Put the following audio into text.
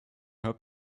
her